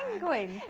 ah goin